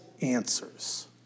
answers